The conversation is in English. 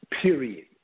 period